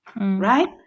right